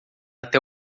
até